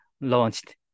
launched